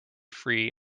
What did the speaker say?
free